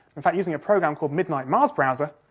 in fact, using a programme called midnight mars browser,